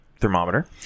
thermometer